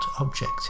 object